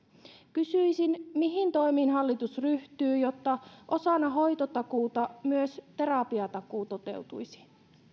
kysyisin mihin toimiin hallitus ryhtyy jotta osana hoitotakuuta myös terapiatakuu toteutuisi